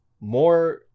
more